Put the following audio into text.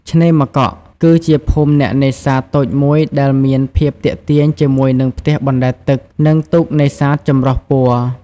ឆ្នេរម្កក់ គឺជាភូមិអ្នកនេសាទតូចមួយដែលមានភាពទាក់ទាញជាមួយនឹងផ្ទះបណ្តែតទឹក និងទូកនេសាទចម្រុះពណ៌។